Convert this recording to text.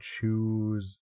choose